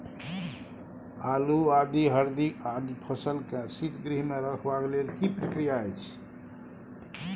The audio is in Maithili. आलू, आदि, हरदी आदि फसल के शीतगृह मे रखबाक लेल की प्रक्रिया अछि?